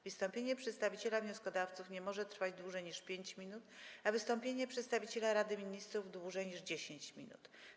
Wystąpienie przedstawiciela wnioskodawców nie może trwać dłużej niż 5 minut, a wystąpienie przedstawiciela Rady Ministrów - dłużej niż 10 minut.